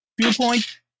viewpoint